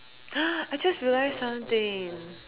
I just realised something